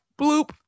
Bloop